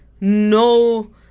no